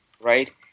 Right